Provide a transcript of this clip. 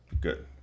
Good